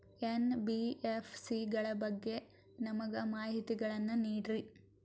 NBFC ಗಳ ಬಗ್ಗೆ ನಮಗೆ ಮಾಹಿತಿಗಳನ್ನ ನೀಡ್ರಿ?